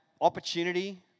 opportunity